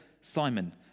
Simon